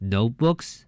Notebooks